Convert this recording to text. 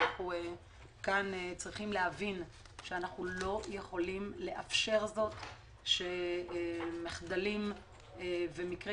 אנחנו צריכים להבין שאנחנו לא יכולים לאפשר מחדלים ומקרי